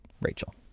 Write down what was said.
Rachel